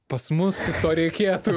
pas mus tik to reikėtų